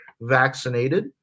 vaccinated